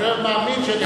אני עוד מאמין שאני,